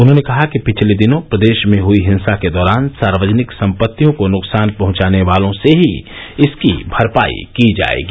उन्होंने कहा कि पिछले दिनों प्रदेश में हुयी हिंसा के दौरान सार्वजनिक सम्पत्तियों को नुकसान पहुंचाने वालों से ही इसकी भरपाई की जायेगी